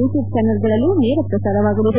YouTube ಡಿಡಿನ್ಲೂಸ್ನ ಪ್ರಸಾರವಾಗಲಿದೆ